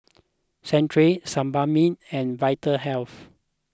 Centrum Sebamed and Vitahealth